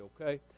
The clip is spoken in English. okay